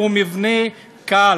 והוא מבנה קל,